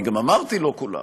אני גם אמרתי שזה לא כולם,